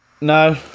No